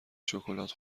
شکلات